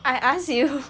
I ask you